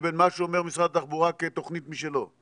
לבין מה שאומר משרד התחבורה כתוכנית משלו.